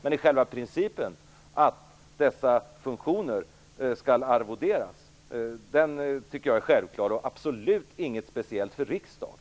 Men själva principen att dessa funktioner skall arvoderas tycker jag är självklar och absolut inget speciellt för riksdagen.